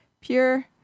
Pure